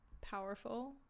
powerful